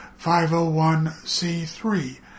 501c3